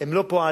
הם לא פועלים